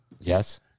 Yes